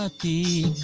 ah t